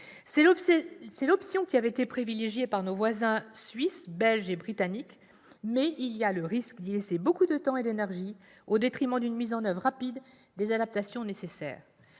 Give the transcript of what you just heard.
C'est l'option qui a été privilégiée par nos voisins suisses, belges et britanniques, mais elle comporte le risque d'y laisser beaucoup de temps et d'énergie, au détriment d'une mise en oeuvre rapide des adaptations nécessaires.